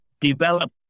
develop